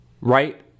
right